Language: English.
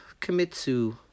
Kimitsu